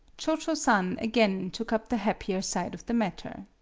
cho-cho-san again took up the happier side of the matter.